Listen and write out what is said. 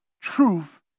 truth